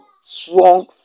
strong